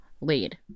lead